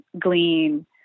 glean